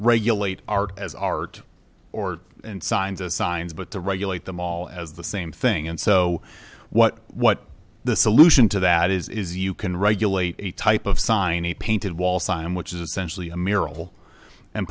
regulate art as art or in signs as signs but to regulate them all as the same thing and so what what the solution to that is you can regulate a type of sign a painted wall sign which is essentially a miracle and